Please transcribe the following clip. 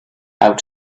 out